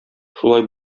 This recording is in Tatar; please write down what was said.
шулай